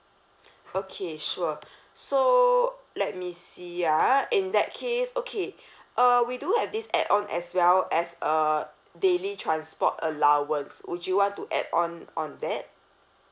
okay sure so let me see ah in that case okay uh we do have this add on as well as uh daily transport allowance would you want to add on on that